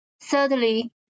Thirdly